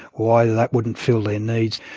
why that wouldn't fill their needs.